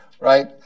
right